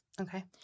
Okay